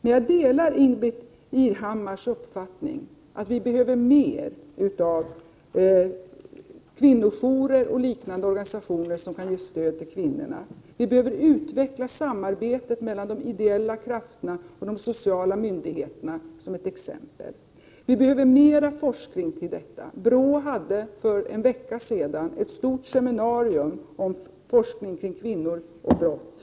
Men jag delar Ingbritt Irhammars uppfattning att vi behöver mer av kvinnojourer och liknande organisationer, som kan ge stöd till kvinnorna. Vi behöver t.ex. utveckla samarbetet mellan de ideella krafterna och de sociala myndigheterna. Vi behöver mera forskning kring detta. BRÅ hade för en vecka sedan ett stort seminarium om forskning kring kvinnor och brott.